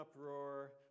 uproar